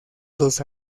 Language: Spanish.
los